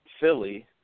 Philly